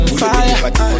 fire